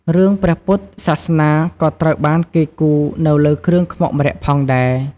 រឿងព្រះពុទ្ធសាសនាក៏ត្រូវបានគេគូរនៅលើគ្រឿងខ្មុកម្រ័ក្សណ៍ផងដែរ។